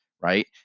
right